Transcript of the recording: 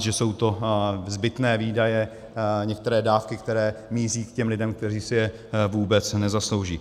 Že jsou to zbytné výdaje, některé dávky, které míří k těm lidem, kteří si je vůbec nezaslouží.